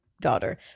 daughter